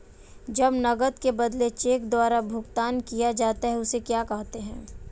जब नकद के बदले चेक द्वारा भुगतान किया जाता हैं उसे क्या कहते है?